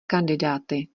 kandidáty